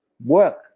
work